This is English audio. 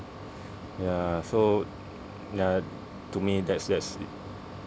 ya so ya to me that's that's